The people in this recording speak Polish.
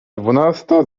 dwunasta